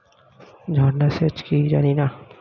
ঝর্না সেচ কি?